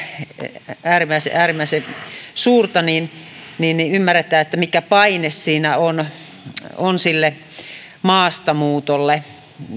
on ihan äärimmäisen suurta niin niin ymmärretään mikä paine siellä on sille maastamuutolle